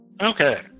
Okay